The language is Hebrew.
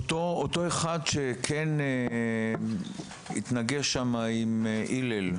אותו אחד שכן התנגש שם, עם הלל.